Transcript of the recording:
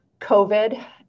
COVID